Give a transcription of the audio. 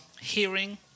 hearing